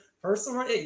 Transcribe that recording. Personal